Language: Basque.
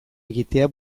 egitea